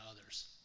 others